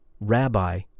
rabbi